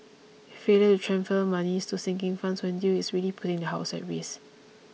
failure to transfer monies to sinking funds when due is really putting the house at risk